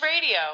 Radio